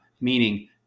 meaning